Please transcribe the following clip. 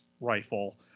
rifle